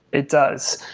it does,